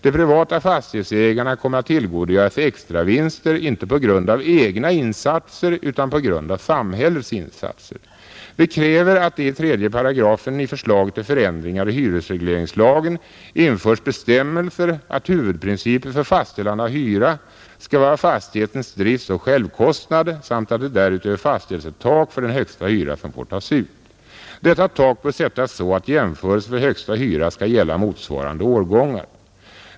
De privata fastighetsägarna kommer att tillgodogöra sig extravinster inte på grund av egna insatser utan på grund av samhällets insatser. Vi kräver att det i § 3 i förslaget till förändringar i hyresregleringslagen införs bestämmelser att huvudprincipen för fastställande av hyra skall vara fastighetens driftsoch självkostnad samt att det därutöver fastställs ett tak för den högsta hyra som får tas ut. Detta tak bör sättas så att jämförelse för högsta hyra skall gälla motsvarande årgångar.